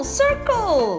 circle